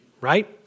right